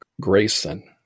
Grayson